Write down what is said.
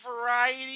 Variety